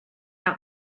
out